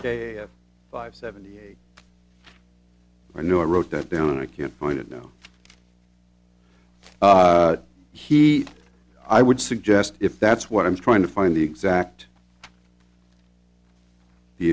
have five seventy eight i knew i wrote it down i can't find it now he i would suggest if that's what i'm trying to find the exact the